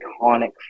iconic